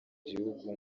gihugu